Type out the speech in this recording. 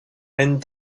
and